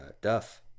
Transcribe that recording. duff